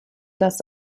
das